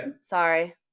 sorry